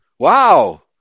Wow